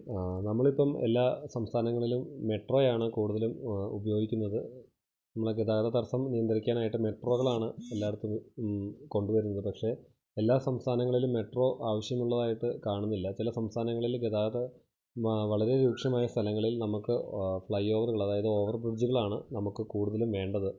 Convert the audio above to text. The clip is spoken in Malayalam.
നമ്മളിപ്പം എല്ലാ സംസ്ഥാനങ്ങളിലും മെട്രോയാണ് കൂടുതലും ഉപയോഗിക്കുന്നത് നമ്മള് ഗതാഗത തടസം നിയന്ത്രിക്കാനായിട്ട് മെട്രോകളാണ് എല്ലായിടത്തും കൊണ്ട് വരുന്നത് പക്ഷേ എല്ലാ സംസ്ഥാനങ്ങളിലും മെട്രോ ആവശ്യമുള്ളതായിട്ട് കാണുന്നില്ല ചില സംസ്ഥാനങ്ങളില് ഗതാഗതം വളരെ രൂക്ഷമായ സ്ഥലങ്ങളിൽ നമുക്ക് ഫ്ലൈ ഓവറുകൾ അതായത് ഓവർ ബ്രിഡ്ജുകളാണ് നമുക്ക് കൂടുതലും വേണ്ടത്